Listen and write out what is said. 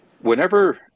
Whenever